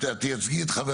את תייצגי גם את חברייך.